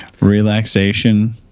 Relaxation